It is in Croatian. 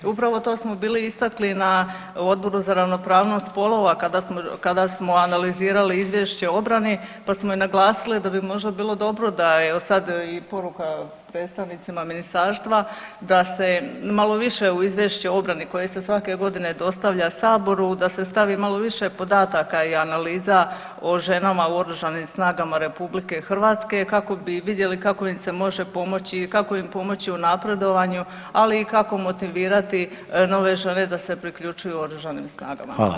Upravo to smo bili istakli na Odboru za ravnopravnost spolova kada smo analizirali Izvješće o obrani pa smo i naglasili da bi možda bilo dobro da evo, sad i poruka predstavnicima Ministarstva da se malo više u Izvješće o obrani koje se svake godine dostavlja Saboru, da se stavi malo više podataka i analiza o ženama u OSRH-u kako bi vidjeli kako im se može pomoći i kako im pomoći u napredovanju, ali i kako motivirati nove žene da se priključuju OSRH-u.